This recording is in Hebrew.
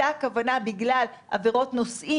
תקנה 19 מחייבת את חברת התעופה לקיים